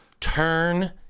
turn